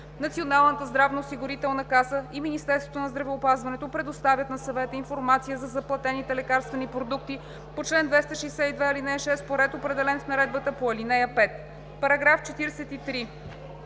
Националната здравноосигурителна каса и Министерството на здравеопазването предоставят на съвета информация за заплатените лекарствени продукти по чл. 262, ал. 6 по ред, определен в наредбата по ал. 5.“ Предложение